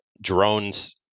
drones